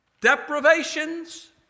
Deprivations